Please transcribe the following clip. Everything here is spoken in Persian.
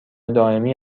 دائمی